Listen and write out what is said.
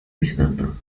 durcheinander